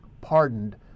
pardoned